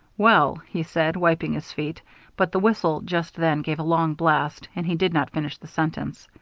well he said, wiping his feet but the whistle just then gave a long blast, and he did not finish the sentence.